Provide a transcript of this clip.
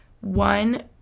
one